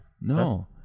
No